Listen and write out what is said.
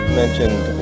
mentioned